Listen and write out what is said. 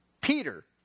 Peter